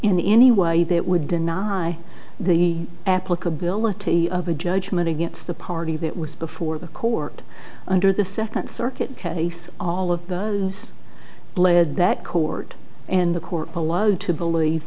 in any way that would deny the applicability of a judgment against the party that was before the court under the second circuit case all of us led that court and the court allowed to believe